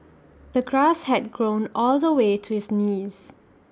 the grass had grown all the way to his knees